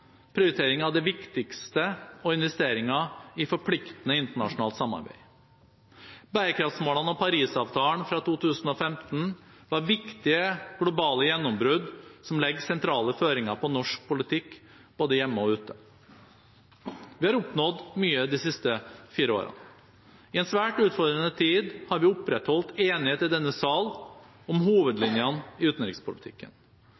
prioritering av det viktigste og investeringer i forpliktende internasjonalt samarbeid. Bærekraftsmålene og Paris-avtalen fra 2015 var viktige globale gjennombrudd som legger sentrale føringer på norsk politikk, både hjemme og ute. Vi har oppnådd mye de siste fire årene. I en svært utfordrende tid har vi opprettholdt enighet i denne sal om